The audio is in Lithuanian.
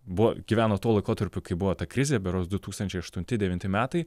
buvo gyveno tuo laikotarpiu kai buvo ta krizė berods du tūkstančiai aštunti devinti metai